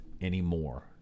anymore